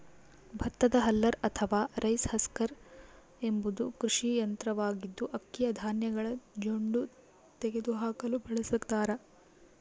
ಭತ್ತದ ಹಲ್ಲರ್ ಅಥವಾ rice husker ಎಂಬುದು ಕೃಷಿ ಯಂತ್ರವಾಗಿದ್ದು, ಅಕ್ಕಿಯ ಧಾನ್ಯಗಳ ಜೊಂಡು ತೆಗೆದುಹಾಕಲು ಬಳಸತಾರ